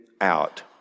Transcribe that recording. out